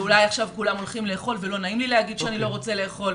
ואולי עכשיו כולם הולכים לאכול ולא נעים לי להגיד שאני לא רוצה לאכול,